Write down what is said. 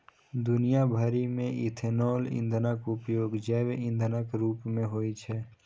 दुनिया भरि मे इथेनॉल ईंधनक उपयोग जैव ईंधनक रूप मे होइ छै